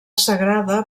sagrada